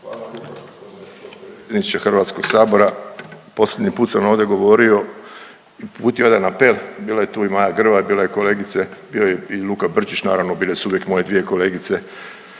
.../Govornik nije uključen./... HS-a. Posljednji put sam ovdje govorio i uputio jedan apel, bila je tu i Maja Grba, bilo je kolegice, bio je i Luka Brčić, naravno, bile su uvijek moje dvije kolegice